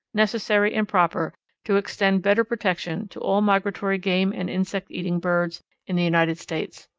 necessary, and proper to extend better protection to all migratory game and insect-eating birds in the united states.